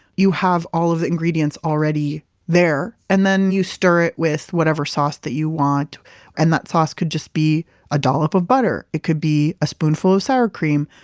you have all of the ingredients already there. and then you stir it with whatever sauce that you want and that sauce could just be a dollop of butter. it could be a spoonful of sour cream.